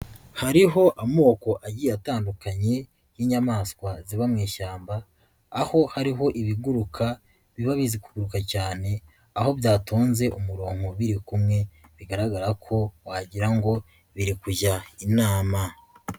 Hariho amoko agiye atandukanye y'inyamaswa ziba mu ishyamba, aho hariho ibiguruka biba bizi kuguruka cyane, aho byatonze umurongo biri kumwe, bigaragara ko wagira ngo biri kujya inama.